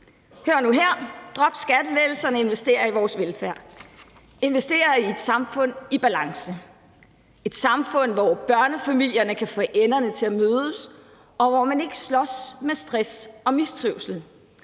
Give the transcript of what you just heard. Hør nu her! Drop skattelettelserne, og invester i vores velfærd. Invester i et samfund i balance; et samfund, hvor børnefamilierne kan få enderne til at mødes, og hvor man ikke slås med stress og mistrivsel;